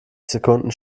sekunden